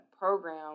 program